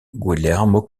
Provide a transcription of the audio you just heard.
guillermo